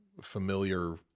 familiar